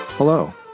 Hello